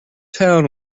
town